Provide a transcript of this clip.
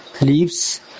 leaves